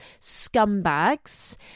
scumbags